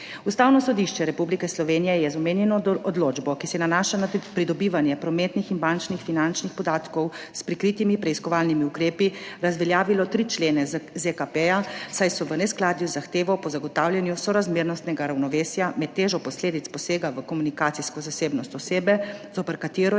Ustavno sodišče Republike Slovenije je z omenjeno odločbo, ki se nanaša na pridobivanje prometnih in bančnih finančnih podatkov s prikritimi preiskovalnimi ukrepi, razveljavilo tri člene ZKP, saj so v neskladju z zahtevo po zagotavljanju sorazmernostnega ravnovesja med težo posledic posega v komunikacijsko zasebnost osebe, zoper katero